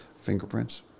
fingerprints